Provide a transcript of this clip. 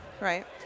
right